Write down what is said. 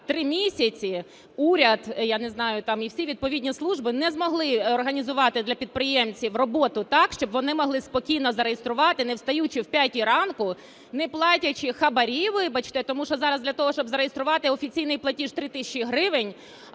три місяці уряд, я не знаю, і всі відповідні служби не змогли організувати для підприємців роботу так, щоб вони могли спокійно зареєструвати, не встаючи о 5-й ранку, не платячи хабарі, вибачте, тому що зараз для того, щоб зареєструвати офіційний платіж 3 тисячі гривень